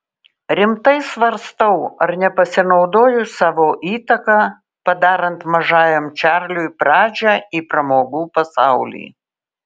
rimtai svarstau ar nepasinaudojus savo įtaka padarant mažajam čarliui pradžią į pramogų pasaulį